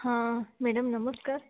ହଁ ମ୍ୟାଡ଼ାମ୍ ନମସ୍କାର